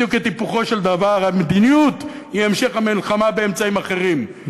בדיוק את היפוכו של דבר: המדיניות היא המשך המלחמה באמצעים אחרים,